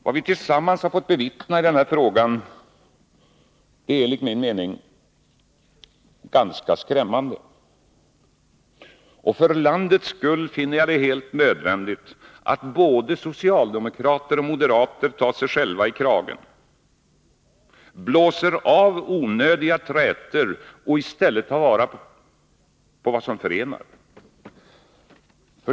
Vad vi tillsammans har fått bevittna i denna fråga är, enligt min mening, ganska skrämmande. För landets skull finner jag det helt nödvändigt att både socialdemokrater och moderater tar sig själva i kragen, blåser av onödiga trätor och i stället tar vara på vad som förenar.